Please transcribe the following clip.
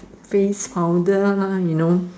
face powder ah you know